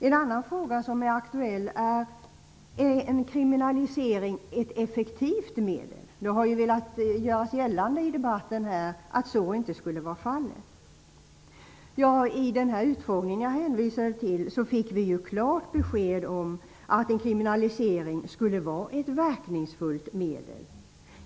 En annan fråga som är aktuell är: Är en kriminalisering ett effektivt medel? Man har velat göra gällande i debatten att så inte skulle vara fallet. Vid den utfrågning jag hänvisade till fick vi klart besked om att en kriminalisering skulle vara ett verkningsfullt medel.